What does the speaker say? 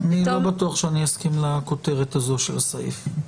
--- לא בטוח שאני אסכים לכותרת הזו של הסעיף.